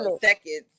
seconds